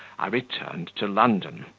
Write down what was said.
i returned to london,